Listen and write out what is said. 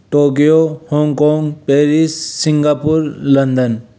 Tokyo Hong Kong Paris Singapore London